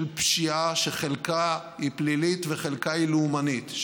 של פשיעה שחלקה היא פלילית וחלקה לאומנית,